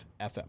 FM